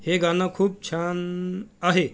हे गाणं खूप छान आहे